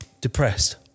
depressed